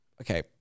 Okay